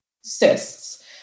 cysts